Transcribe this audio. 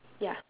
ya